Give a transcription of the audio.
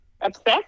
obsessed